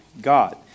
God